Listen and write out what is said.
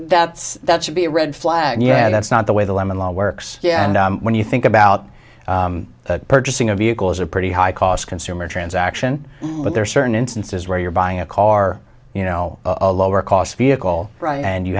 that's that should be a red flag yeah that's not the way the lemon law works yeah when you think about purchasing a vehicle is a pretty high cost consumer transaction but there are certain instances where you're buying a car you know a lower cost vehicle and you